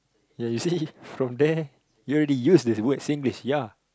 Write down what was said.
ya you see from there you already used the word Singlish ya